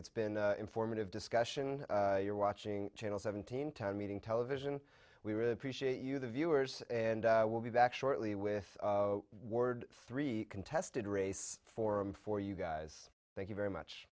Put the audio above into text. it's been informative discussion you're watching channel seventeen town meeting television we really appreciate you the viewers and we'll be back shortly with ward three contested race forum for you guys thank you very much